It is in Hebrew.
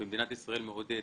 במדינת ישראל מעודדת.